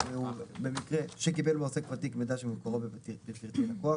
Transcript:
"במקרה שקיבל מעוסק ותיק מידע שמקורו בפרטי לקוח